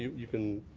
you can